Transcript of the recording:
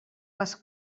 les